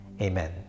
amen